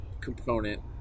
component